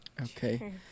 Okay